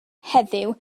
heddiw